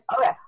Okay